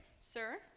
sir